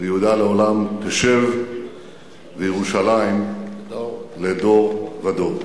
ויהודה לעולם תשב וירושלים לדור ודור.